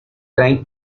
traen